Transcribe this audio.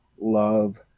love